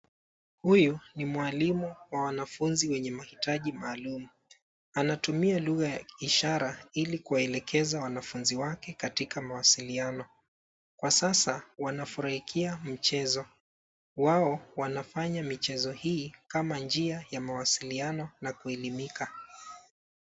Huyu ni mwalimu wa wanafunzi wenye mahitaji maalum. Anatumia lugha ya ishara ili kuwaelekeza wanafunzi wake katika mawasiliano. Kwa sasa, wanafurahikia mchezo. Wao wanafanya michezo hii kama njia ya mawasiliano na kuelimika.